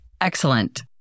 Excellent